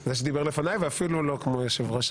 מי שדיבר לפני ואפילו לא כמו יושב-ראש,